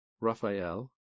Raphael